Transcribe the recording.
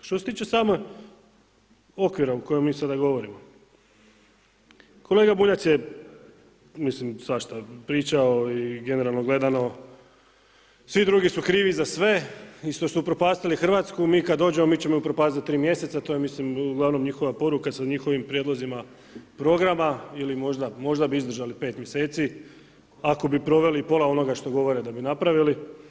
Što se tiče samog okvira o kojem mi sada govorimo, kolega Bunjac je, mislim svašta pričao i generalno gledano svi drugi su krivi za sve i što su upropastili Hrvatsku, mi kad dođemo mi ćemo ju upropastit za 3 mjeseca, to je ja mislim uglavnom njihova poruka sa njihovim prijedlozima programa, ili možda, možda bi izdržali 5 mjeseci ako bi proveli i pola onoga što govore da bi napravili.